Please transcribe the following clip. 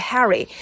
Harry